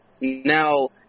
Now